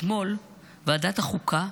אתמול ועדת החוקה,